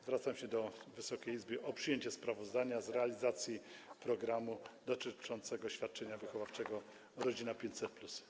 Zwracam się do Wysokiej Izby o przyjęcie sprawozdania z realizacji programu dotyczącego świadczenia wychowawczego „Rodzina 500+”